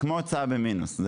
כמו הוצאה במינוס.